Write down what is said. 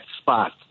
spot